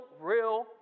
real